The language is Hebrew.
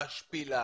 משפילה,